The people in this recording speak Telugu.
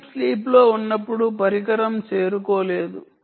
డీప్ స్లీప్ లో ఉన్నప్పుడు పరికరం చేరుకోలేదు